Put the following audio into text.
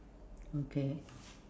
okay